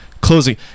closing